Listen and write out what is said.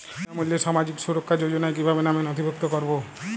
বিনামূল্যে সামাজিক সুরক্ষা যোজনায় কিভাবে নামে নথিভুক্ত করবো?